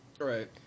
Right